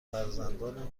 فرزندانم